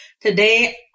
Today